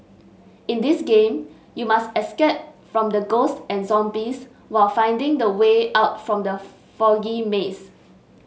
in this game you must escape from the ghost and zombies while finding the way out from the foggy maze